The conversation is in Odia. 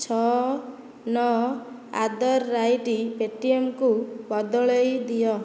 ଛଅ ନଅ ଆଟ୍ ଦ ରେଟ୍ ପେଟିଏମ୍କୁ ବଦଳେଇ ଦିଅ